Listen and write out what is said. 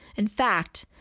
in fact,